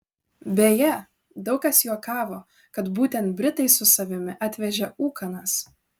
beje daug kas juokavo kad būtent britai su savimi atvežė ūkanas